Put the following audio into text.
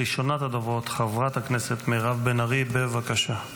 ראשונת הדוברות, חברת הכנסת מירב בן ארי, בבקשה.